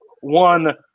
one